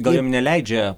gal jum neleidžia